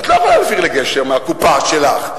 את לא יכולה להעביר ל"גשר" מהקופה שלך.